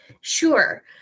Sure